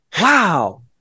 Wow